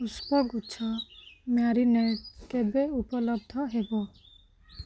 ପୁଷ୍ପଗୁଚ୍ଛ ମ୍ୟାରିନେଡ଼୍ କେବେ ଉପଲବ୍ଧ ହେବ